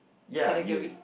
category